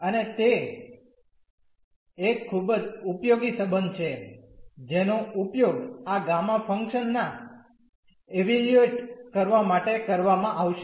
અને તે એક ખૂબ જ ઉપયોગી સંબંધ છે જેનો ઉપયોગ આ ગામા ફંકશન ના ઇવેલ્યુએટ કરવા માટે કરવામાં આવશે